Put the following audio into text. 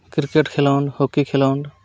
cricket ᱠᱷᱮᱞᱳᱰ hockey ᱠᱷᱮᱞᱳᱰ